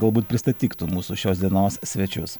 galbūt pristatyk tu mūsų šios dienos svečius